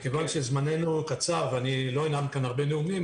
מכיוון שזמננו קצר ולא אנאם כאן הרבה נאומים,